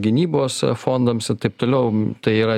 gynybos fondams taip toliau tai yra